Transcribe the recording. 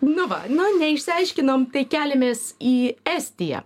nu va nu neišsiaiškinom tai keliamės į estiją